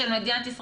גם לעניין הזה,